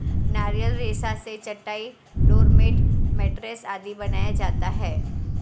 नारियल रेशा से चटाई, डोरमेट, मैटरेस आदि बनाया जाता है